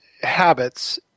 habits